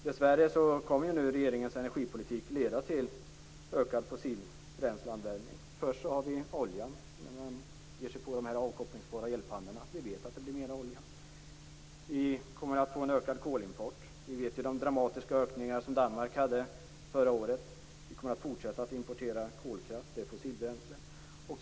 Dessvärre kommer nu regeringens energipolitik att leda till ökad fossilbränsleanvändning. Först har vi oljan, när man ger sig på de avkopplingsbara elpannorna. Vi vet att det blir mer olja. Vi kommer att få en ökad kolimport. Vi känner till de dramatiska ökningar som Danmark hade förra året. Vi kommer att fortsätta att importera kolkraft. Det är fossilbränsle.